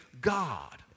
God